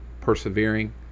persevering